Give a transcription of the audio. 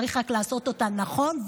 צריך רק לעשות אותה נכון,